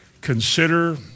Consider